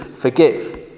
forgive